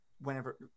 whenever